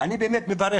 אני באמת מברך